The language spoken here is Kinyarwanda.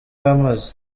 amaze